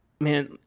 man